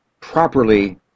properly